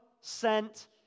sent